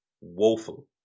Woeful